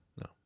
No